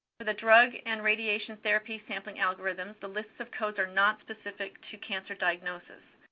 for the drug and radiation therapy sampling algorithms, the lists of codes are not specific to cancer diagnosis.